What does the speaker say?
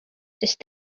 sest